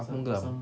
kampong glam